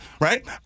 right